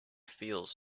feels